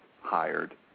hired